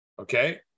Okay